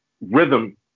rhythm